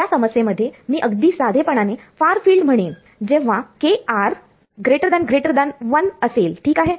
या समस्येमध्ये मी अगदी साधेपणाने फार फिल्ड म्हणेन जेव्हा kr 1 असेल ठीक आहे